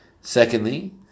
Secondly